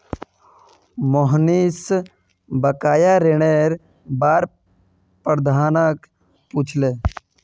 मोहनीश बकाया ऋनेर बार प्रबंधक पूछले